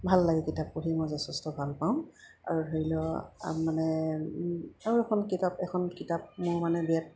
ভাল লাগে কিতাপ পঢ়ি মই যথেষ্ট ভালপাওঁ আৰু ধৰি লওক মানে আৰু এখন কিতাপ এখন কিতাপ মোৰ মানে বিৰাট